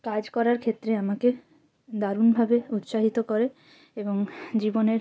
কাজ করার ক্ষেত্রে আমাকে দারুণভাবে উৎসাহিত করে এবং জীবনের